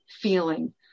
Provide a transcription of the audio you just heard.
feeling